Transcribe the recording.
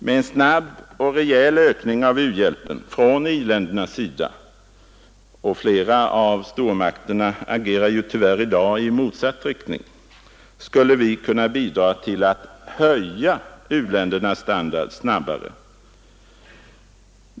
Med en snabb och rejäl ökning av u-hjälpen från i-ländernas sida — flera av stormakterna agerar ju tyvärr i dag i motsatt riktning — skulle vi kunna bidra till att höja u-ländernas standard snabbare.